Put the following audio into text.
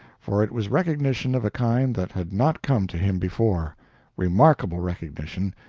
for it was recognition of a kind that had not come to him before remarkable recognition,